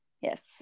yes